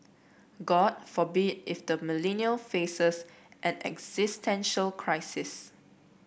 god forbid if the Millennial faces an existential crisis